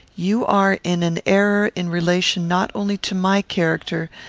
you are in an error in relation not only to my character,